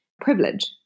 privilege